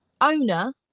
owner